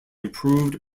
approved